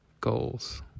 goals